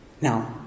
Now